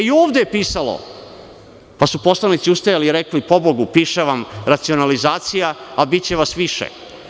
I ovde je pisalo, pa su poslanici ustajali i rekli – pobogu, piše vam „racionalizacija“, a biće vas više.